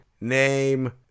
name